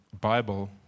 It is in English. Bible